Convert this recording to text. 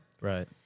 right